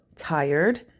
tired